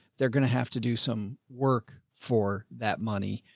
they're going to have to do some work for that money,